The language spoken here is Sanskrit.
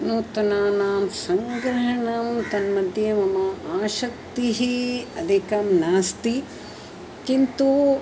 नूतनानां सङ्ग्रहणं तन्मध्ये मम आसक्तिः अधिकं नास्ति किन्तु